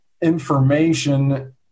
information